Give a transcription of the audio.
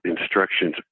instructions